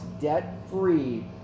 debt-free